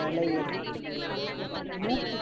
வளையல் மூக்குத்தி